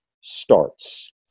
starts